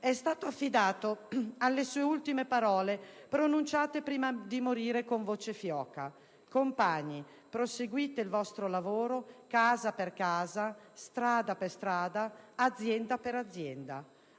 è stato affidato alle sue ultime parole, pronunciate prima di morire con voce fioca: «Compagni, proseguite il vostro lavoro casa per casa, strada per strada, azienda per azienda».